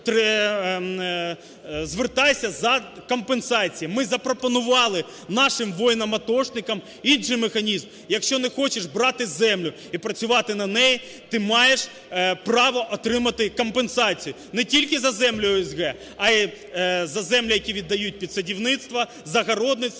звертайся за компенсацією. Ми запропонували нашим воїнам-атошникам інший механізм: якщо не хочеш брати землю і працювати на ній, ти маєш право отримати компенсацію не тільки за землі ОСГ, а й за землі, які віддають під садівництво, за огородництво